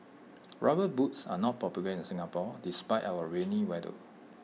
rubber boots are not popular in Singapore despite our rainy weather